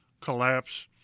collapse